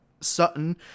Sutton